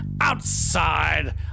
outside